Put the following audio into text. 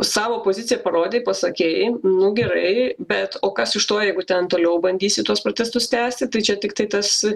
savo poziciją parodei pasakei nu gerai bet o kas iš to jeigu ten toliau bandysi tuos protestus tęsti tai čia tiktai tas